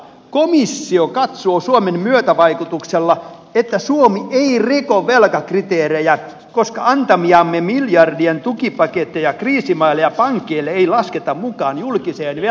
komissio katsoo suomen myötävaikutuksella että suomi ei riko velkakriteerejä koska antamiamme miljardien tukipaketteja kriisimaille ja pankeille ei lasketa mukaan julkiseen velkaamme